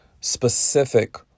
specific